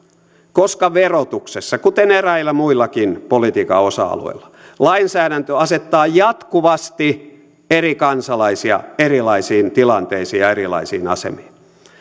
koska verotuksessa kuten eräillä muillakin politiikan osa alueilla lainsäädäntö asettaa jatkuvasti eri kansalaisia erilaisiin tilanteisiin ja erilaisiin asemiin